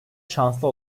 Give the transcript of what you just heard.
şanslı